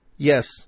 Yes